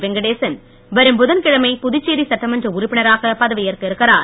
வெங்கடேசன் வரும் புதன்கிழமை புதுச்சேரி சட்டமன்ற உறுப்பினராக பதவியேற்க இருக்கிறார்